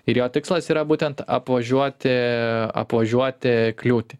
ir jo tikslas yra būtent apvažiuoti apvažiuoti kliūtį